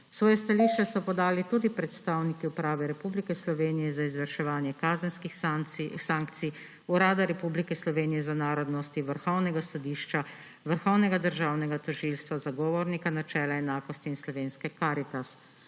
Svoje stališče so podali tudi predstavniki Uprave Republike Slovenije za izvrševanje kazenskih sankcij, Urada Republike Slovenije za narodnosti, Vrhovnega sodišča, Vrhovnega državnega tožilstva, Zagovornika načela enakosti in Slovenske karitas.